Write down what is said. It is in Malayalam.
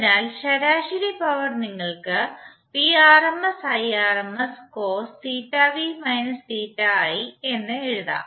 അതിനാൽ ശരാശരി പവർ നിങ്ങൾക്ക് എന്ന് എഴുതാം